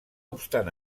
obstant